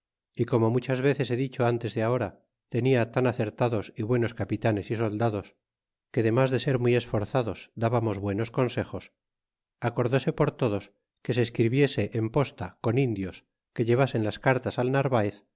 y como muchas veces he dicho ntes de ahora tenia tan acertados y buenos capitanes y soldados que demás de ser muy esforzados dábamos buenos consejos acordóse por todos que se escribiese en posta con indios que llevasen las cartas al narvaez